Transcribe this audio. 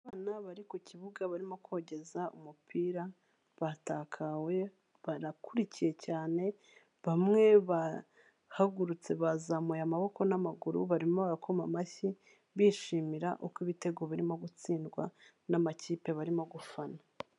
Abana bari ku kibuga barimo kogeza umupira batakawe, barakurikiye cyane, bamwe bahagurutse bazamuye amaboko n'amaguru barimo abakoma amashyi, bishimira uko ibitego birimo gutsindwa n'amakipe barimo gufana.